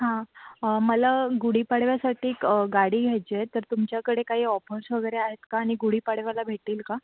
हां मला गुढीपाडव्यासाठी एक गाडी घ्यायची आहे तर तुमच्याकडे काही ऑफर्स वगैरे आहेत का आणि गुढीपाडव्याला भेटतील का